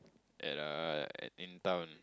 and I'm in town